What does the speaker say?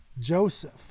Joseph